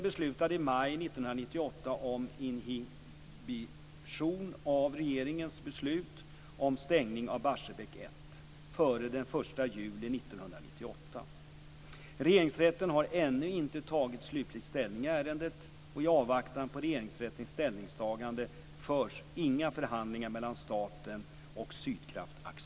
1 före den 1 juli 1998. Regeringsrätten har ännu inte tagit slutlig ställning i ärendet. I avvaktan på Regeringsrättens ställningstagande förs inga förhandlingar mellan staten och Sydkraft AB.